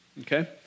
okay